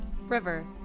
River